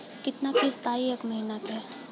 कितना किस्त आई एक महीना के?